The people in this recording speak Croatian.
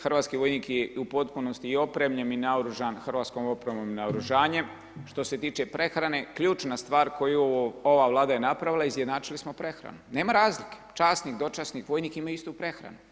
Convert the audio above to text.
Hrvatski vojnik je u potpunosti i opremljen i naoružan hrvatskom opremom i naoružanjem, što se tiče prehrane, ključna stvar koju je ova Vlada napravila, izjednačili smo prehranu, nema razlike, časnik, dočasnik, vojnik imaju istu prehranu.